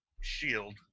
shield